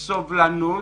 סובלנות,